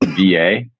VA